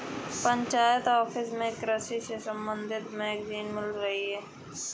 panchayat office में कृषि से संबंधित मैगजीन मिल रही है